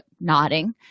nodding